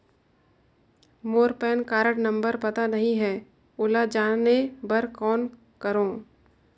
मोर PAN card number पता नहीं है, ओला जाने बर कौन करो?